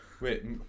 wait